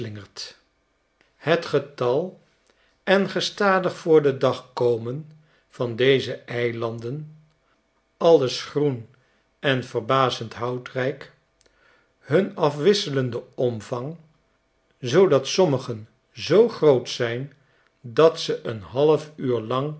het getal en gestadig voor den dag komen van deze eilanden alles groen en verbazend houtrijk hun afwisselende omvang t zoodat sommigen zoo groot zijn dat ze een half uur lang